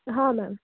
हाँ मैम